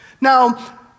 Now